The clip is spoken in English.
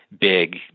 Big